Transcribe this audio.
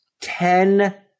Ten